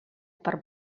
per